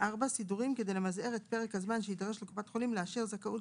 (4)סידורים כדי למזער את פרק הזמן שיידרש לקופת חולים לאשר זכאות